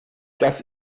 das